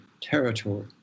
territory